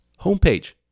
homepage